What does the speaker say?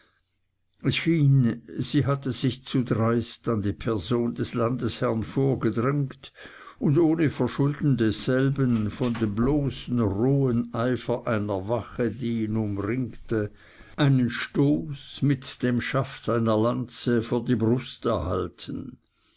es schien sie hatte sich zu dreist an die person des landesherrn vorgedrängt und ohne verschulden desselben von dem bloßen rohen eifer einer wache die ihn umringte einen stoß mit dem schaft einer lanze vor die brust erhalten